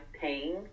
paying